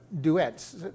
Duets